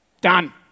done